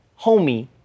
homie